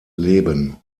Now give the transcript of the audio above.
leben